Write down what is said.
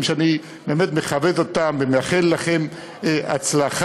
שאני באמת מכבד אותם ומאחל להם הצלחה.